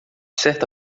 certa